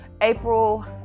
April